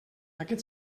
aquest